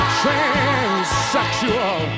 transsexual